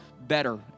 better